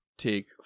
Take